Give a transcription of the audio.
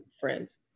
friends